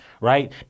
right